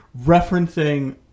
referencing